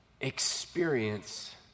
experience